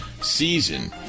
season